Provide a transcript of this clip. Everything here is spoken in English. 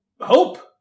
hope